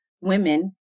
women